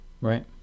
Right